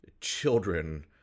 children